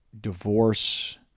divorce